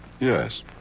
Yes